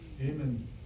Amen